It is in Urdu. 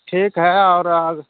ٹھیک ہے اور